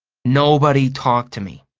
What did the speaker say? nobody talked to me.